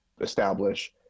establish